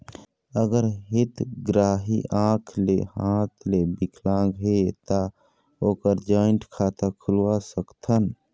अगर हितग्राही आंख ले हाथ ले विकलांग हे ता ओकर जॉइंट खाता खुलवा सकथन?